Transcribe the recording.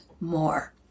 more